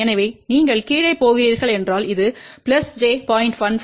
எனவே நீங்கள் கீழே போகிறீர்கள் என்றால் இது j 0